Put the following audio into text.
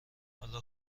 حالا